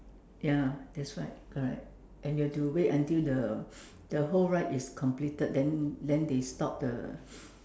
ya that's why correct and you have to wait until the the whole ride is completed then then they stop the